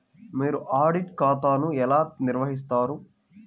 మీరు ఆడిట్ ఖాతాను ఎలా నిర్వహిస్తారు?